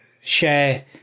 share